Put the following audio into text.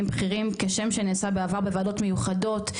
בכירים כשם שנעשה בעבר בוועדות מיוחדות,